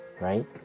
right